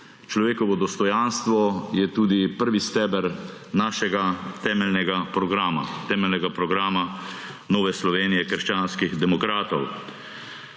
Človekovo dostojanstvo je tudi prvi steber našega temeljnega programa, temeljnega programa Nove Slovenije − krščanskih demokratov.